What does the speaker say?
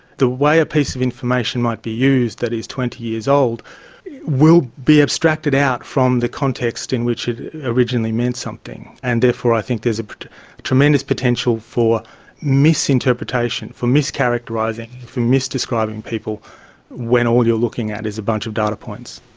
the way a piece of information might be used that is twenty years old will be abstracted out from the context in which it originally meant something, and therefore i think there's a tremendous potential for misinterpretation, for mischaracterising, for misdescribing people when all you are looking at is a bunch of data points.